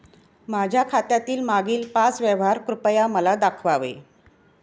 माझ्या खात्यातील मागील पाच व्यवहार कृपया मला दाखवावे